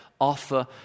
offer